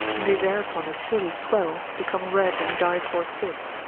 and they thereupon as surely swell, become red, and die forthwith.